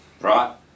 Right